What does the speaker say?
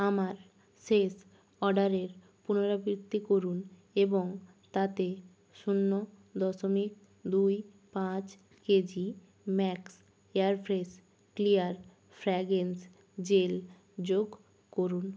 আমার শেষ অর্ডারের পুনরাবৃত্তি করুন এবং তাতে শূন্য দশমিক দুই পাঁচ K G Max Airfresh clear fragrance gel যোগ করুন